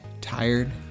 tired